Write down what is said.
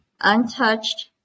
Untouched